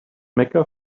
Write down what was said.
mecca